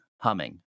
humming